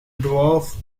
dwarf